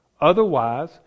Otherwise